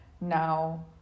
now